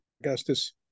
Augustus